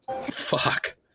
Fuck